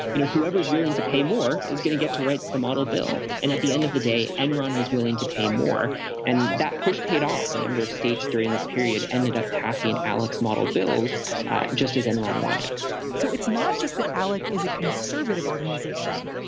you know, whoever is willing to pay more is going to get to write the model bill. and at the end of the day, enron was willing to pay more and that push paid off a number of states during this period ended up passing alec's model bills just as enron wanted so it's not just that alec is a conservative organization.